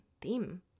theme